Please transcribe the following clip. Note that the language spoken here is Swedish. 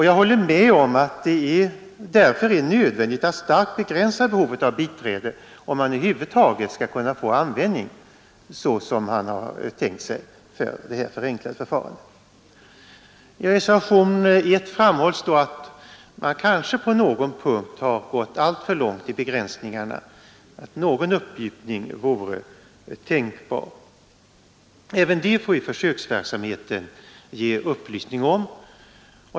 Jag håller med om att det därför är nödvändigt att starkt begränsa behovet av biträde, om man över huvud taget skall kunna få sådan användning som man tänkt sig av det här förenklade förfarandet. I reservationen 1 framhålls att man kanske på någon punkt har gått alltför långt i begränsningarna och att någon uppmjukning vore tänkbar. Även det får ju försöksverksamheten ge upplysning om.